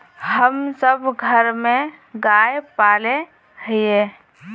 हम सब घर में गाय पाले हिये?